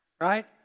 Right